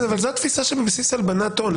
כן, אבל זו התפיסה של שבבסיס הלבנת הון.